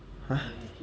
!huh!